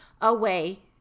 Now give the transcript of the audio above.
away